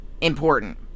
important